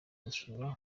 gusura